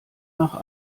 nach